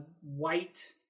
white